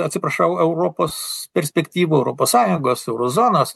atsiprašau europos perspektyvų europos sąjungos euro zonos